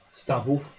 stawów